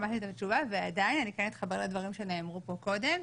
שמעתי את התשובה ועדיין אני כן אתחבר לדברים שנאמרו פה קודם.